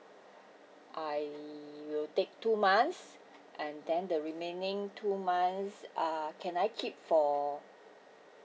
I will take two months and then the remaining two months uh can I keep for